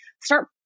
Start